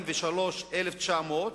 43,900,